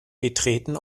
betreten